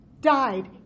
died